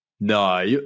No